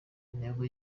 intego